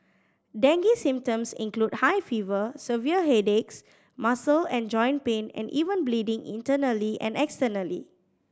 dengue symptoms include high fever severe headaches muscle and joint pain and even bleeding internally and externally